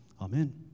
Amen